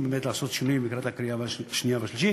באמת לעשות שינויים לקראת הקריאה השנייה והשלישית.